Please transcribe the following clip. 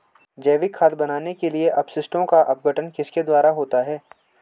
जैविक खाद बनाने के लिए अपशिष्टों का अपघटन किसके द्वारा होता है?